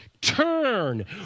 Turn